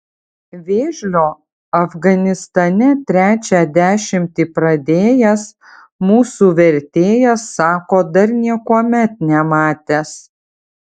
vėžlio afganistane trečią dešimtį pradėjęs mūsų vertėjas sako dar niekuomet nematęs